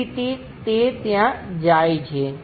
આ રીતે આપણે તેનું નિરીક્ષણ કરીએ છીએ